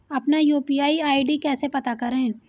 अपना UPI ID कैसे पता करें?